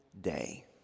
day